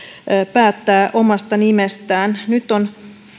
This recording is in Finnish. päättää omasta nimestään nyt on